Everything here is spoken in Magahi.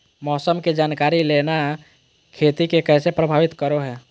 मौसम के जानकारी लेना खेती के कैसे प्रभावित करो है?